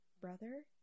brother